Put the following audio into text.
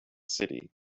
city